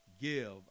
give